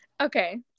okay